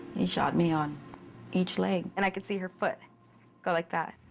he shot me on each leg. and i could see her foot go like that.